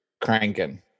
cranking